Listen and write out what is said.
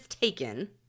taken